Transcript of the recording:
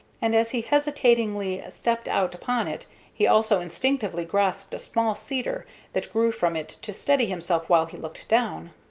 and as he hesitatingly stepped out upon it he also instinctively grasped a small cedar that grew from it to steady himself while he looked down.